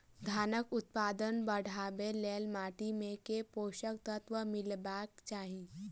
धानक उत्पादन बढ़ाबै लेल माटि मे केँ पोसक तत्व मिलेबाक चाहि?